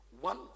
one